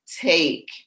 take